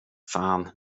fan